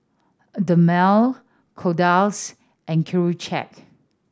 Dermale Kordel's and Accucheck